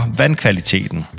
vandkvaliteten